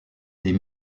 des